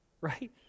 right